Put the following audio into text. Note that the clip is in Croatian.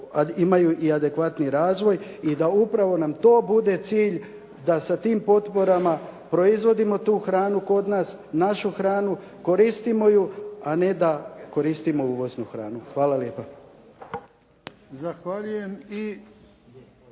imaju i adekvatniji razvoj i da upravo nam to bude cilj da sa tim potporama proizvodimo tu hranu kod nas, našu hranu, koristimo ju, a ne da koristimo uvoznu hranu. Hvala lijepa.